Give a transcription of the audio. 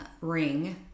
Ring